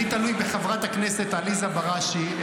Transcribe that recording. אני תלוי בחברת הכנסת לעתיד עליזה בראשי.